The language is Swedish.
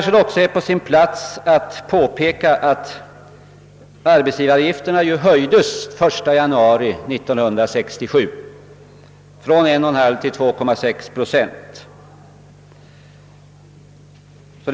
Det är också på sin plats att påpeka att arbetsgivaravgifterna höjdes från 1,5 till 2,6 procent den 1 januari 1967.